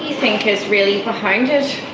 think is really behind it?